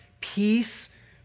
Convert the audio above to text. peace